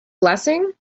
blessing